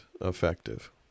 effective